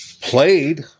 played